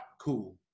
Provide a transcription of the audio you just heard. Cool